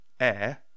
air